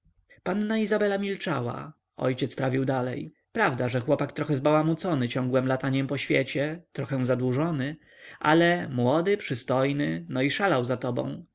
panna izabela milczała ojciec prawił dalej prawda że chłopak trochę zbałamucony ciągłem lataniem po świecie trochę zadłużony ale młody przystojny no i szalał za tobą